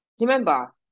remember